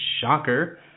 shocker